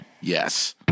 Yes